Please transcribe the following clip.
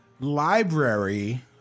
library